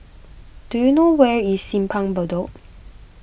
do you know where is Simpang Bedok